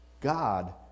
God